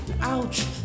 ouch